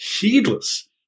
heedless